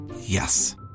Yes